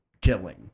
killing